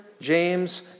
James